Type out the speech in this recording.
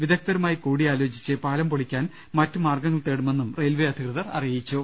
വിദഗ്ദ്ധരുമായി കൂടിയാലോചിച്ച് പാലം പൊളി ക്കാൻ മറ്റ് മാർഗ്ഗങ്ങൾ തേടുമെന്നും റെയിൽവെ അധികൃതർ അറിയിച്ചു